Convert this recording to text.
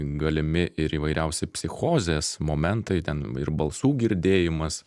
galimi ir įvairiausi psichozės momentai ten ir balsų girdėjimas